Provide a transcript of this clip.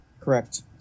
Correct